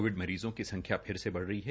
Covid मरीजों की संख्या फिर से बढ़ रही है